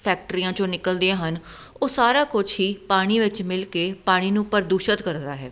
ਫੈਕਟਰੀਆਂ 'ਚੋਂ ਨਿਕਲਦੀਆਂ ਹਨ ਉਹ ਸਾਰਾ ਕੁਝ ਹੀ ਪਾਣੀ ਵਿੱਚ ਮਿਲ ਕੇ ਪਾਣੀ ਨੂੰ ਪ੍ਰਦੂਸ਼ਿਤ ਕਰਦਾ ਹੈ